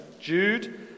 Jude